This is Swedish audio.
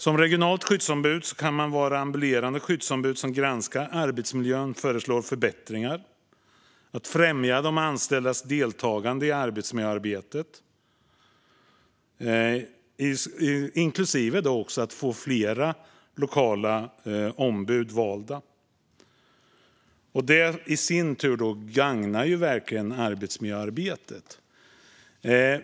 Ett regionalt skyddsombud kan vara ett ambulerande skyddsombud som granskar arbetsmiljön och föreslår förbättringar samt främjar de anställdas deltagande i arbetsmiljöarbetet, inklusive att få fler lokala ombud valda. Detta i sin tur gagnar verkligen arbetsmiljöarbetet.